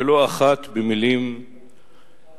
ולא אחת במלים קשות,